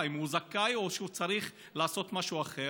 אם הוא זכאי או שהוא צריך לעשות משהו אחר.